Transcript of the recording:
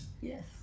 Yes